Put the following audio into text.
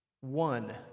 One